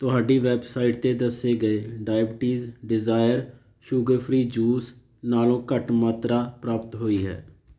ਤੁਹਾਡੀ ਵੈੱਬਸਾਈਟ 'ਤੇ ਦੱਸੇ ਗਏ diabetes desire sugar free juice ਨਾਲੋਂ ਘੱਟ ਮਾਤਰਾ ਪ੍ਰਾਪਤ ਹੋਈ ਹੈ